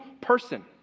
person